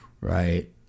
Right